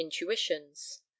intuitions